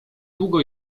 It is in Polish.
długo